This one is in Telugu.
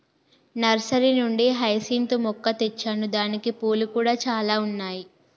నర్సరీ నుండి హైసింత్ మొక్క తెచ్చాను దానికి పూలు కూడా చాల ఉన్నాయి